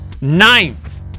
ninth